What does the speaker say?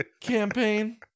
campaign